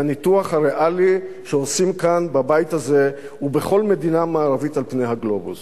מהניתוח הריאלי שעושים כאן בבית הזה ובכל מדינה מערבית על פני הגלובוס.